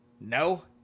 no